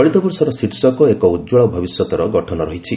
ଚଳିତବର୍ଷର ଶୀର୍ଷକ 'ଏକ ଉଜ୍ଜଳ ଭବିଷ୍ୟତର ଗଠନ' ରହିଛି